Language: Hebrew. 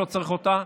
לא צריך אותה,